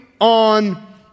on